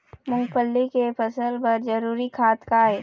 मूंगफली के फसल बर जरूरी खाद का ये?